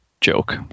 joke